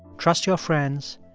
trust your friends.